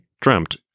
dreamt